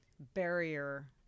Barrier